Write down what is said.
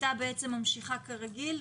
הכיתה ממשיכה כרגיל.